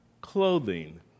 clothing